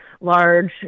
large